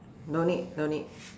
don't need don't need